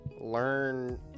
learn